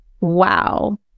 wow